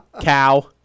Cow